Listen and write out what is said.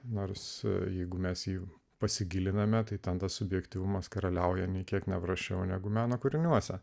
nors jeigu mes jų pasigiliname tai ten tas subjektyvumas karaliauja nė kiek neprasčiau negu meno kūriniuose